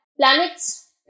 planet's